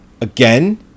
Again